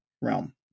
realm